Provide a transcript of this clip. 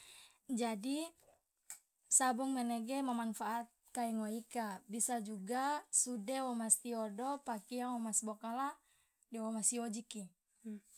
Jadi sabong manege ma manfaat kai ngoe ika bisa juga sude womastiodo pakiang womasbokala de womasojiki.